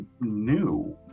new